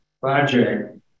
project